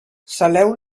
saleu